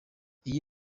iyi